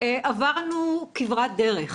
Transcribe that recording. עברנו כברת דרך,